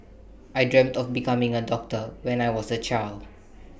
I dreamt of becoming A doctor when I was A child